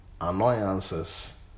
annoyances